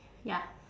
ya